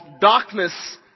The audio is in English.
darkness